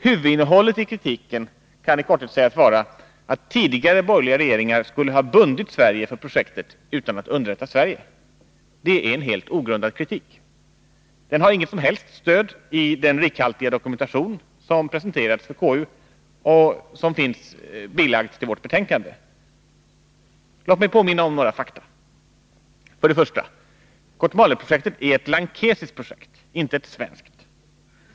Huvudinnehållet i kritiken kan i korthet sägas vara att tidigare borgerliga regeringar skulle ha bundit Sverige för projektet utan att underrätta Sverige. Det är en helt ogrundad kritik. Den har inget som helst stöd i den rikhaltiga dokumentation som presenterats för KU och som fogats som bilaga till betänkandet. Låt mig påminna om några fakta: För det första: Kotmaleprojektet är ett lankesiskt projekt, inte ett svenskt.